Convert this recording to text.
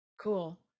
cool